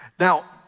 Now